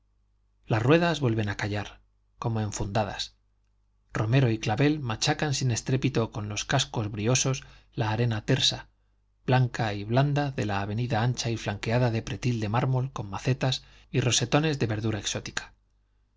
las ruedas vuelven a callar como enfundadas romero y clavel machacan sin estrépito con los cascos briosos la arena tersa blanca y blanda de la avenida ancha y flanqueada de pretil de mármol con macetas y rosetones de verdura exótica